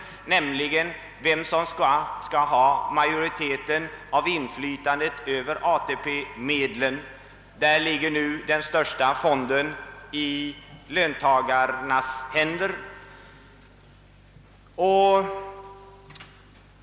Jag syftar på frågan om vem som skall ha det övervägande inflytandet över ATP-medlen. Den största fonden ligger nu i löntagarnas händer.